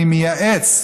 אני מייעץ,